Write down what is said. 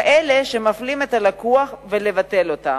כאלה שמפלים את הלקוח, ולבטל אותם.